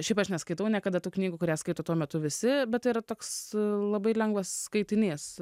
šiaip aš neskaitau niekada tų knygų kurias skaito tuo metu visi bet tai yra toks labai lengvas skaitinys